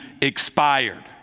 expired